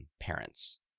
parents